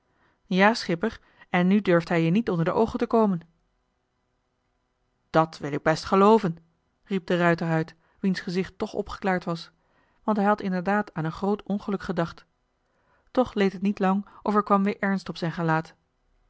ja schipper en nu durft hij je niet onder de oogen te komen dat wil ik best gelooven riep de ruijter uit wiens gezicht toch opgeklaard was want hij had inderdaad aan een groot ongeluk gedacht toch leed het niet lang of er kwam weer ernst op zijn gelaat